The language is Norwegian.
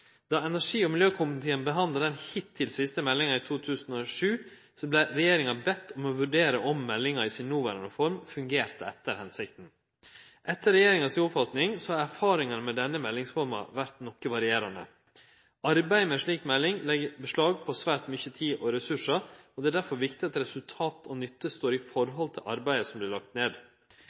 energi- og miljøkomiteen behandla den hittil siste meldinga i 2007, vart regjeringa bedt om å vurdere om meldinga i si dåverande form fungerte etter føremålet. Etter regjeringas oppfatning har erfaringane med denne meldingsforma vore noko varierande. Arbeidet med ei slik melding legg beslag på svært mykje tid og ressursar, og det er derfor viktig at resultat og nytte står i forhold til arbeidet som vert lagt ned.